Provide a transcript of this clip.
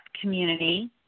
community